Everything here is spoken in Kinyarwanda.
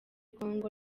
congo